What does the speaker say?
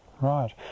Right